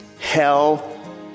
Hell